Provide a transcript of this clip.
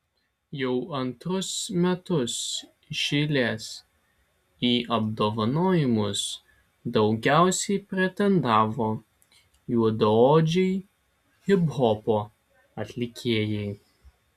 jau antrus metus iš eilės į apdovanojimus daugiausiai pretendavo juodaodžiai hiphopo atlikėjai